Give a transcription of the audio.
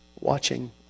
watching